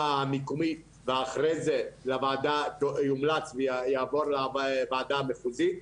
המקומית ואחרי זה יומלץ ויעבור לוועדה המחוזית.